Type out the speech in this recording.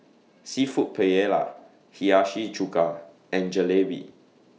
Seafood Paella Hiyashi Chuka and Jalebi